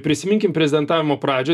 prisiminkim prezidentavimo pradžią